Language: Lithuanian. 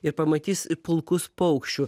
ir pamatys pulkus paukščių